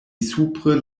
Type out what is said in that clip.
supre